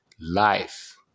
life